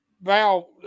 Val